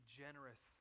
generous